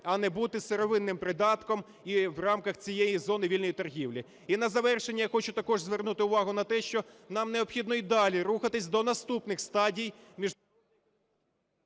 а не бути сировинним придатком в рамках цієї зони вільної торгівлі. І на завершення я хочу також звернути увагу на те, що нам необхідно й далі рухатися до наступних стадій…